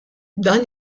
dan